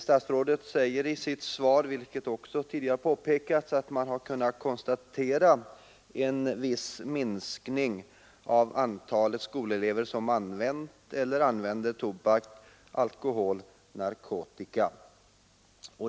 Statsrådet säger i svaret att man kunnat konstatera en viss minskning av antalet skolelever som använt eller använder tobak, alkohol och narkotika.